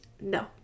No